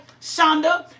Shonda